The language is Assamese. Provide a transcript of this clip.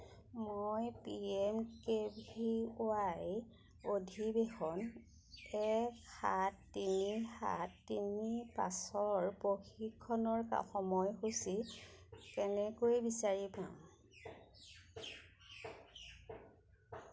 মই P M K V Y অধিৱেশন এক সাত তিনি সাত তিনি পাঁচৰ প্ৰশিক্ষণৰ সময়সূচী কেনেকৈ বিচাৰি পাম